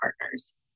partners